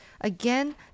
Again